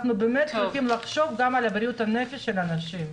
אנחנו באמת צריכים לחשוב גם על בריאות הנפש של אנשים.